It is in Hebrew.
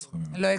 לא.